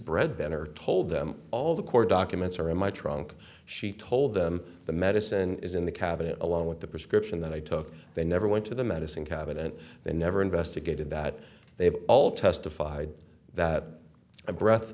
bread then are told them all the court documents are in my trunk she told them the medicine is in the cabinet along with the prescription that i took they never went to the medicine cabinet they never investigated that they all testified that a breath